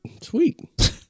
sweet